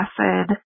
acid